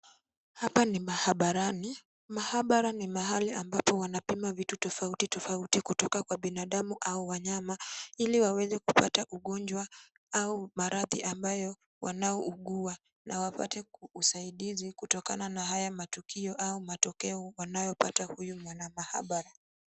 Hapa ni maabarani. Maabara ni mahali ambapo wanapima vitu tofauti tofauti kutoka kwa binadamu au wanyama, ili waweze kupata ugonjwa au maradhi ambayo wanaoougua na wapate usaidizi kutokana na haya matukio au matokeo wanayopata huyu mwanamaabara.